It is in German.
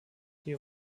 die